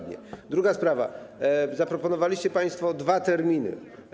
Druga sprawa: zaproponowaliście państwo dwa terminy.